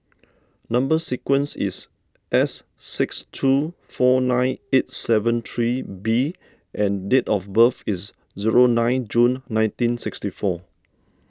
Number Sequence is S six two four nine eight seven three B and date of birth is zero nine June nineteen sixty four